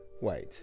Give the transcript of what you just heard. Wait